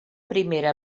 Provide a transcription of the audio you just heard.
primera